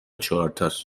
چهارتاس